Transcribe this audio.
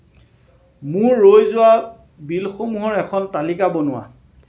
মোৰ ৰৈ যোৱা বিলসমূহৰ এখন তালিকা বনোৱা